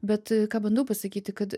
bet ką bandau pasakyti kad